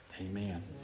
Amen